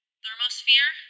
thermosphere